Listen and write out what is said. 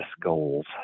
goals